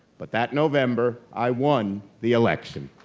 but that november, i won the election.